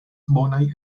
bonaj